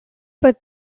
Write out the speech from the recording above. but